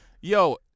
yo